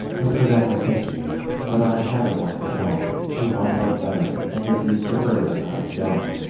and for that i thank you but i have a wife at home whom i love better, and it is to her that i am going.